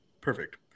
Perfect